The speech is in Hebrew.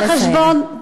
נא לסיים.